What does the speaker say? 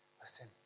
Listen